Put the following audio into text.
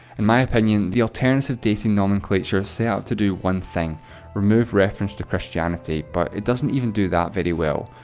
in my opinion, the alternative dating nomenclature set up to do one thing remove reference to christianity, but it doesn't even do that very well.